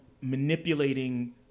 manipulating